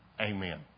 Amen